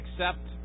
accept